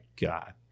God